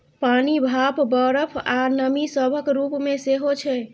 पानि, भाप, बरफ, आ नमी सभक रूप मे सेहो छै